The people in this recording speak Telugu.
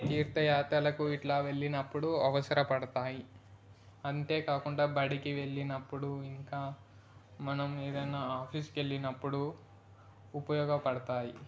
తీర్థ యాత్రలకు ఇలా వెళ్ళినప్పుడు అవసరంపడతాయి అంతే కాకుండా బడికి వెళ్ళినప్పుడు ఇంకా మనం ఏదైనా ఆఫీస్కి వెళ్ళినప్పుడు ఉపయోగపడతాయి